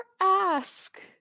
ask